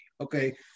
Okay